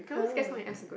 !huh!